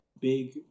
big